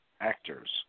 actors